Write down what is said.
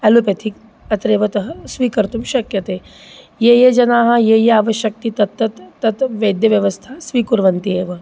allopathic अत्रैवतः स्वीकर्तुं शक्यते ये ये जनाः ये ये यावत् शक्ति तत्तत् तत् वैद्यव्यवस्थां स्वीकुर्वन्ति एव